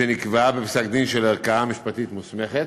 שנקבעה בפסק-דין של ערכאה משפטית מוסמכת,